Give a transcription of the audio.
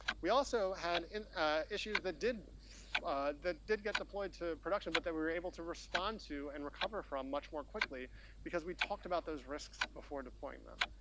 we also had issues that did that did get deployed to production, but they were able to respond to and recover from much more quickly because we talked about those risks before deploying them.